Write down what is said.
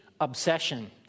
obsession